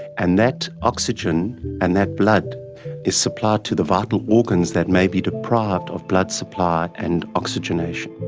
and that oxygen and that blood is supplied to the vital organs that may be deprived of blood supply and oxygenation.